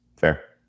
Fair